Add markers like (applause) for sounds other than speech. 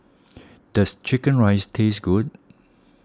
(noise) does Chicken Rice taste good